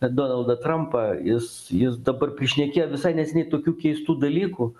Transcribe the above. donaldą trampą jis jis dabar prišnekėjo visai neseniai tokių keistų dalykų